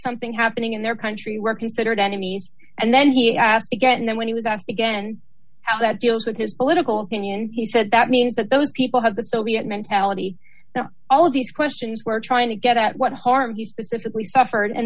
something happening in their country were considered enemies and then he asked again then when he was asked again how that deals with his political opinion he said that means that those people have the soviet mentality that all of these questions were trying to get at what heart he specifically suffered and